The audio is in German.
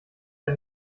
der